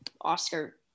Oscar